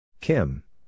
Kim